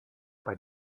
bei